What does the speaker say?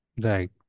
Right